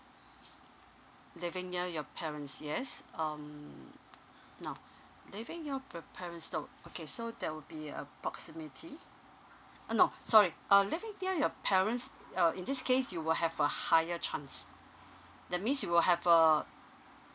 s~ living near your parents yes um now living your p~ parents now okay so that will be a proximity uh no sorry uh living near your parents uh in this case you will have a higher chance that means you will have a